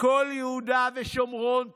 כל יהודה ושומרון תוצת.